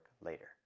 later